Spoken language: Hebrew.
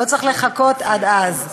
לא צריך לחכות עד אז.